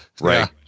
Right